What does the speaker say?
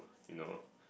you know